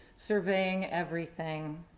surveying everything.